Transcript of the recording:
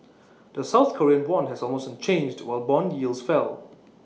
the south Korean won was almost unchanged while Bond yields fell